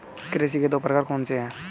कृषि के दो प्रकार कौन से हैं?